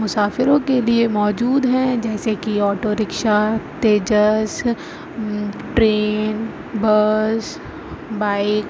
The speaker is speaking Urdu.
مسافروں کے لیے موجود ہیں جیسے کہ auto rickshaw Tejas train bus bike